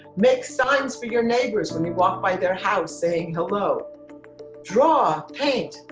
make signs for your neighbors when we walk by their house saying hello draw, paint.